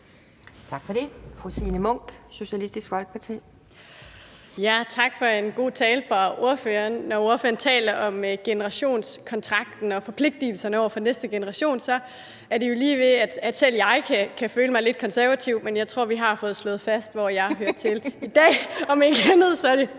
Tak for det. Fru Signe Munk, Socialistisk Folkeparti. Kl. 12:31 Signe Munk (SF): Tak for en god tale fra ordførerens side. Når ordføreren taler om generationskontrakten og forpligtelserne over for næste generation, er det jo lige ved, at selv jeg kan føle mig lidt konservativ, men jeg tror, at vi i dag har slået fast, hvor jeg hører til. Om ikke andet er det